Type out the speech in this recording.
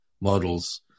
models